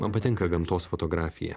man patinka gamtos fotografija